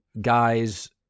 guys